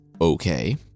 Okay